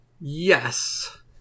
Yes